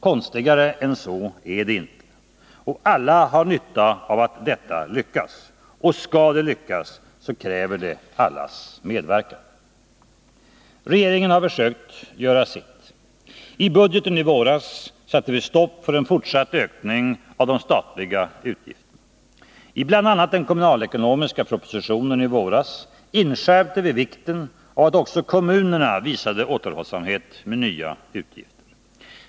Konstigare än så är det inte. Alla har nytta av att detta lyckas. Och skall det Ivckas kräver det allas medverkan. Regeringen har försökt göra sitt. I budgeten i våras satte vi stopp för en fortsatt ökning av de statliga utgifterna. I bl.a. den kommunalekonomiska propositionen i våras inskärpte vi vikten av att också kommunerna visade återhållsamhet med nya utgifter.